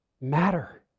matter